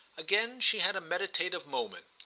again she had a meditative moment.